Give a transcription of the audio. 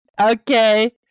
Okay